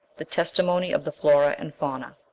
the testimony of the flora and fauna.